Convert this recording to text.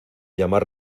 llamar